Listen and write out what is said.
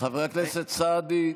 חברי הכנסת סעדי,